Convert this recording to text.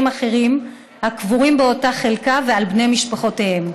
אחרים הקבורים באותה חלקה ועל בני משפחותיהם,